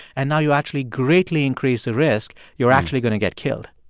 and now you actually greatly increase the risk you're actually going to get killed